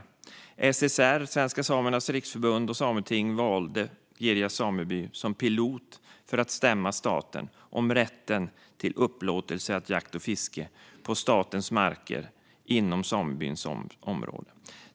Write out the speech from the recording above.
SSR, det vill säga, Svenska Samernas Riksförbund, och Sametinget valde Girjas sameby som pilotprojekt för att stämma staten på rätten till upplåtelse av jakt och fiske på statens marker inom samebyns område.